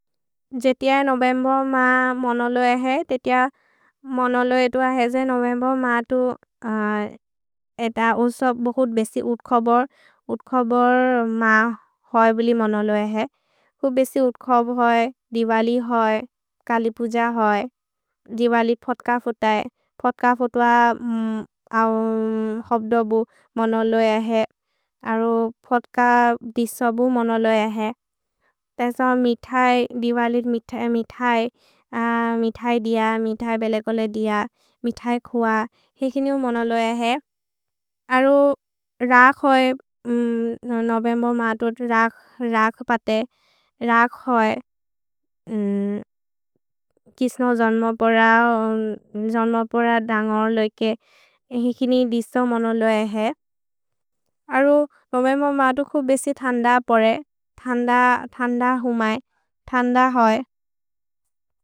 जे तिअ नोवेम्बेर् म मोनोलो एहे, ते तिअ मोनोलो एतो अहेजे नोवेम्बेर् म अतो एत उन्सो बोहुत् बेसि उत्कोबोर्। उत्कोबोर् म होइ बोलि मोनोलो एहे। हु बेसि उत्कोब् होइ, दिवलि होइ, कलि पुज होइ, दिवलि फत्क फोतै। फत्क फोतुअ होब्दोबु मोनोलो एहे। अरो फत्क दिसोबु मोनोलो एहे। तेसो मितै, दिवलि मितै, मितै दिअ, मितै बेलेकोले दिअ, मितै खुअ। हिकिनि मोनोलो एहे। अरो रक् होइ, नोवेम्बेर् म अतो रक् पते। रक् होइ, किस्नो जन्म पोर, जन्म पोर दन्गोर् लोइके। हिकिनि दिसोबु मोनोलो एहे। अरो नोवेम्बेर् म अतो खु बेसि थन्द पोरे। थन्द, थन्द हुमै, थन्द होइ।